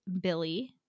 Billy